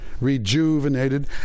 rejuvenated